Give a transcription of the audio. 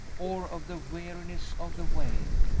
or of the weariness of the way?